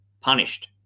punished